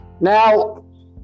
Now